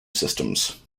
systems